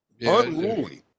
unruly